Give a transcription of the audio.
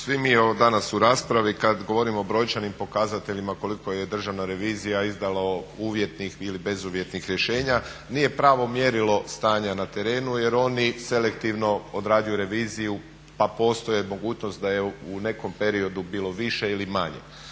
svi mi danas u raspravi kad govorimo o brojčanim pokazateljima koliko je Državna revizija izdala uvjetnih ili bezuvjetnih rješenja nije pravo mjerilo stanja na terenu jer oni selektivno odrađuju reviziju pa postoji mogućnost da je u nekom periodu bilo više ili manje.